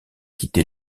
quitté